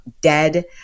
dead